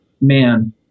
man